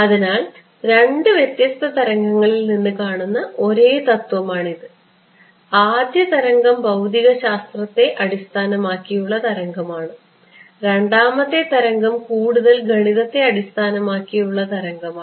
അതിനാൽ രണ്ട് വ്യത്യസ്ത തരംഗങ്ങളിൽ നിന്ന് കാണുന്ന ഒരേ തത്വമാണ് ആദ്യ തരംഗം ഭൌതികശാസ്ത്രത്തെ അടിസ്ഥാനമാക്കിയുള്ള തരംഗമാണ് രണ്ടാമത്തെ തരംഗം കൂടുതൽ ഗണിതത്തെ അടിസ്ഥാനമാക്കിയുള്ള തരംഗമാണ്